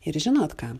ir žinot ką